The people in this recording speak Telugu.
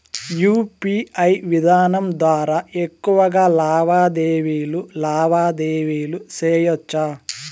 యు.పి.ఐ విధానం ద్వారా ఎక్కువగా లావాదేవీలు లావాదేవీలు సేయొచ్చా?